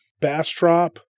Bastrop